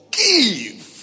give